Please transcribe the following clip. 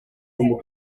como